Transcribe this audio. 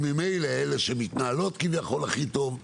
וממילא אלה שמתנהלות הכי טוב,